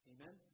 Amen